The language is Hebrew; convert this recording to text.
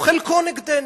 חלקו נגדנו,